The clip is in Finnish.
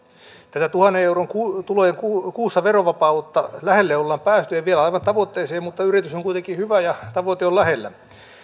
tätä tuhannen euron tulojen verovapautta lähelle ollaan päästy ei vielä aivan tavoitteeseen mutta yritys on kuitenkin hyvä ja tavoite on lähellä